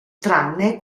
tranne